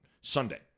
Sunday